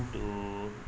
to